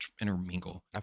intermingle